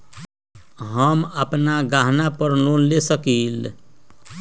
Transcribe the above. हम अपन गहना पर लोन ले सकील?